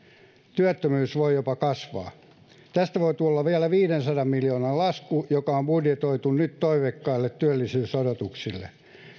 työttömyys voi jopa kasvaa tästä voi tulla vielä viidensadan miljoonan lasku joka on budjetoitu nyt toiveikkaille työllisyysodotuksille